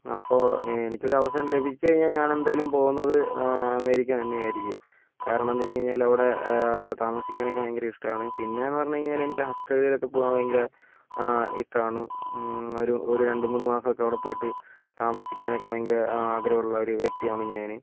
അപ്പോൾ എനിക്കൊരു അവസരം ലഭിച്ചു കഴിഞ്ഞാൽ ഞാൻ എന്തായാലും പോകുന്നത് അമേരിക്ക തന്നെയായിരിക്കും കാരണം എന്താ വെച്ചുകഴിഞ്ഞാല് അവിടെ താമസിക്കാനൊക്കെ ഭയങ്കര ഇഷ്ടാണ് പിന്നേന്ന് പറഞ്ഞ് കഴിഞ്ഞാല് എനിക്ക് ആസ്ട്രേലിയയിലൊക്കെ പോകാൻ ഭയങ്കര ഇഷ്ടാണ് ഒരു ഒരു രണ്ടുമൂന്നു മാസൊക്കെ അവിടെ പോയിട്ട് താമസിക്കാനൊക്കെ ഭയങ്കര ആഗ്രഹമുള്ള ഒരു വ്യക്തിയാണ് ഞാന്